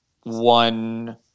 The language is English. one